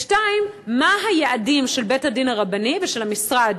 2. מה היעדים של בית-הדין הרבני ושל המשרד